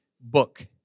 book